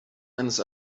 eines